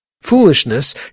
Foolishness